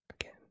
Again